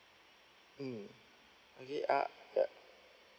mm okay uh uh